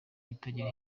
bitagira